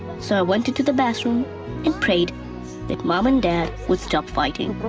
so i went into the bathroom and prayed that mom and dad would stop fighting.